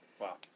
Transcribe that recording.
Wow